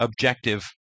objective